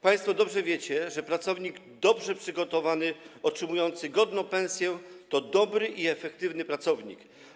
Państwo dobrze wiecie, że pracownik dobrze przygotowany, otrzymujący godną pensję, to dobry i efektywny pracownik.